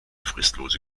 fristlose